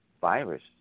virus